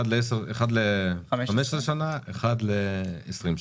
אחד ל-15 שנה אחד ל-20 שנה.